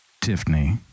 Tiffany